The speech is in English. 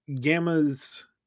Gamma's